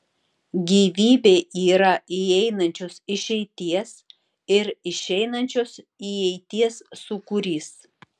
gyvybė yra įeinančios išeities ir išeinančios įeities sūkurys